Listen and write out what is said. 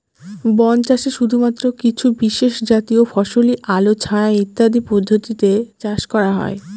বন চাষে শুধুমাত্র কিছু বিশেষজাতীয় ফসলই আলো ছায়া ইত্যাদি পদ্ধতিতে চাষ করা হয়